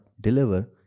deliver